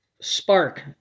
Spark